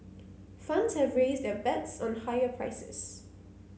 funds have raised their bets on higher prices